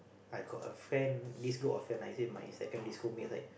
I got a friend this group of friend I say my secondary mate it's like